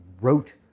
wrote